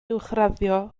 uwchraddio